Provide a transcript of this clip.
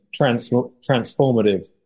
transformative